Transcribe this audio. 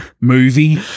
movie